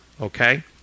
okay